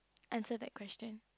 answer that question